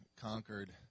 conquered